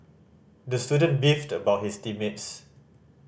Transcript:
the student beefed about his team mates